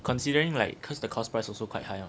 considering like cause the cost price also quite high mah